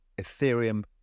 Ethereum